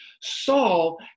Saul